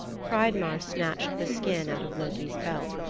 hreidmar snatched the skin out of loki's belt.